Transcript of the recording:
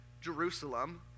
Jerusalem